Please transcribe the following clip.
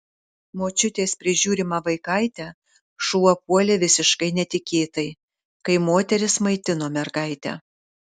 močiutės prižiūrimą vaikaitę šuo puolė visiškai netikėtai kai moteris maitino mergaitę